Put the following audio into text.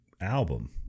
album